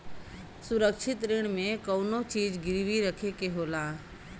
सुरक्षित ऋण में कउनो चीज गिरवी रखे के होला